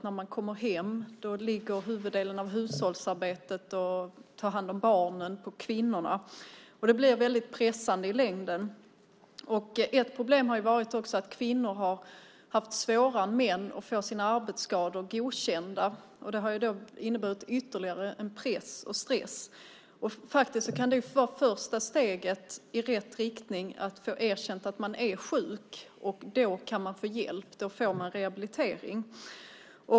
När de kommer hem ligger huvuddelen av hushållsarbetet och barnaskötseln på dem. Det blir pressande i längden. Ett problem har också varit att kvinnor har haft svårare än män att få sina arbetsskador godkända. Det har inneburit ytterligare press och stress. Första steget i rätt riktning kan vara att få erkänt att man är sjuk, och då kan man få hjälp och rehabilitering.